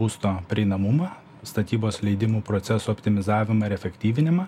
būsto prieinamumą statybos leidimų procesų optimizavimą ir efektyvinimą